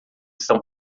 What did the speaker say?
estão